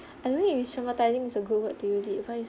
I don't know if traumatising is a good word do you to advise